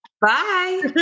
Bye